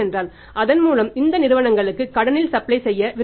ஏனென்றால் அதன்மூலம் இந்த நிறுவனங்களுக்கு கடனில் சப்ளை செய்ய